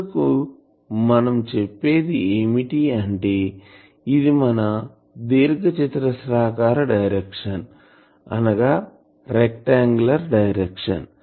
చివరకు మనం చెప్పేది ఏమిటి అంటే ఇది మన దీర్ఘచతురస్రాకార డైరెక్షన్